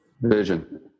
Vision